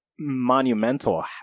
Monumental